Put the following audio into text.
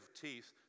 teeth